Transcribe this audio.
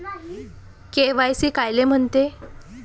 KYC कायले म्हनते?